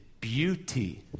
beauty